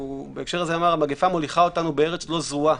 בהקשר הזה הוא אמר: "המגיפה מוליכה אותנו בארץ לא זרועה,